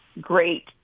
great